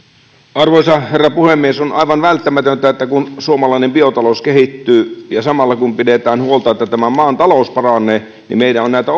arvoisa herra puhemies on aivan välttämätöntä että kun suomalainen biotalous kehittyy ja kun samalla pidetään huolta että tämän maan talous paranee meidän on näitä